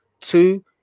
Two